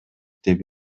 деп